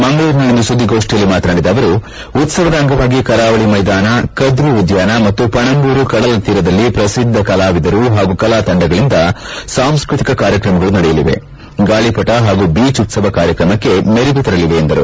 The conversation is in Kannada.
ಮಂಗಳೂರಿನಲ್ಲಿಂದು ಸುದ್ದಿಗೋಷ್ಠಿಯಲ್ಲಿ ಮಾತನಾಡಿದ ಅವರು ಉತ್ತವದ ಅಂಗವಾಗಿ ಕರಾವಳಿ ಮೈದಾನ ಕದ್ರಿ ಉದ್ದಾನ ಮತ್ತು ಪಣಂಬೂರು ಕಡಲ ತೀರದಲ್ಲಿ ಪ್ರಸಿದ್ದ ಕಲಾವಿದರು ಹಾಗೂ ಕಲಾ ತಂಡಗಳಿಂದ ಸಾಂಸ್ನತಿಕ ಕಾರ್ಯಕ್ರಮಗಳು ನಡೆಯಲಿವೆ ಗಾಳಪಟ ಹಾಗೂ ಬೀಚ್ ಉತ್ಸವ ಕಾರ್ಯಕ್ರಮಕ್ಕೆ ಮೆರುಗು ತರಲಿವೆ ಎಂದರು